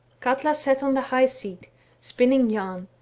katla sat on the high seat spinning yam,